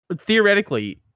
Theoretically